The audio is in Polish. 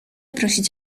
prosić